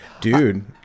Dude